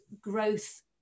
growth